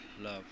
love